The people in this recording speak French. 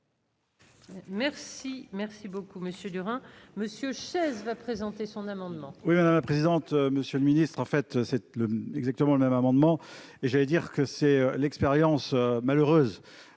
Merci, merci beaucoup, Monsieur Durand. Monsieur chaises va présenter son amendement. Oui, madame la présidente, monsieur le ministre, en fait, cette exactement le même amendement j'allais dire que c'est l'expérience malheureuse